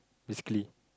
basically